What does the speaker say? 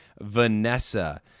Vanessa